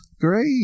great